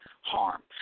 harm